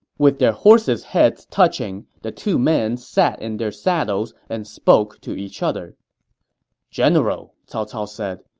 with their horses' heads touching, the two men sat in their saddles and spoke to each other general, cao cao said,